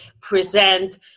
present